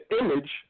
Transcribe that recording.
image